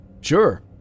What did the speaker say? Sure